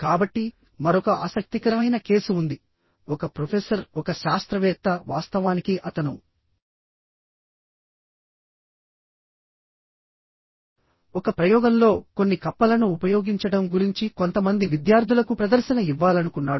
కాబట్టి మరొక ఆసక్తికరమైన కేసు ఉంది ఒక ప్రొఫెసర్ ఒక శాస్త్రవేత్త వాస్తవానికి అతను ఒక ప్రయోగంలో కొన్ని కప్పలను ఉపయోగించడం గురించి కొంతమంది విద్యార్థులకు ప్రదర్శన ఇవ్వాలనుకున్నాడు